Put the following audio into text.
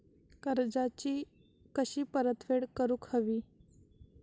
कर्जाची कशी परतफेड करूक हवी?